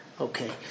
Okay